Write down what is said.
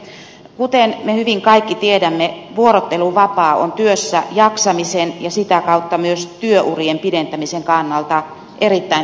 kuten me hyvin kaikki tiedämme vuorotteluvapaa on työssä jaksamisen ja sitä kautta myös työurien pidentämisen kannalta erittäin tärkeä asia